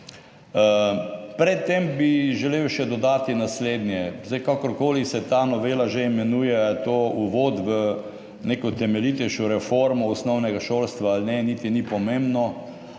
Pred tem bi želel dodati še naslednje. Kakor koli se ta novela že imenuje, ali je to uvod v neko temeljitejšo reformo osnovnega šolstva ali ne, niti ni pomembno,